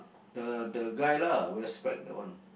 the the guy lah wear spec that one